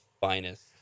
finest